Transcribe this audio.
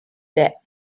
der